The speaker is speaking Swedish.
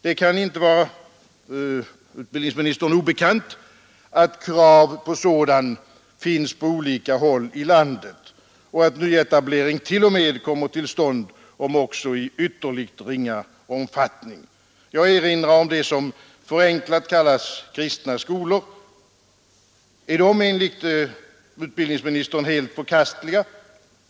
Det kan inte vara utbildningsministern obekant att krav på sådan finns på olika håll i landet och att nyetablering t.o.m. kommer till stånd, om också i ytterligt ringa omfattning. Jag erinrar om det som förenklat kallas kristna skolor. Är de enligt utbildningsministern helt förkastliga?